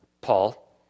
Paul